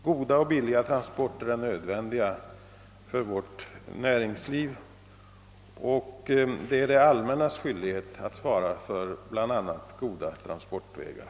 Goda och billiga transporter är nödvändiga för vårt näringsliv, och det är det allmännas skyldighet att svara för bl.a. goda transportvägar.